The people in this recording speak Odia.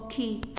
ପକ୍ଷୀ